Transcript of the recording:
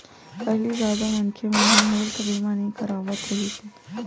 पहिली जादा मनखे मन ह हेल्थ बीमा नइ करवात रिहिस हे